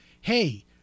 hey